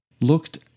looked